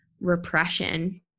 repression